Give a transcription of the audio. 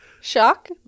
shock